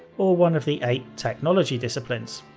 or one of the eight technology disciplines.